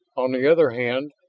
on the other hand,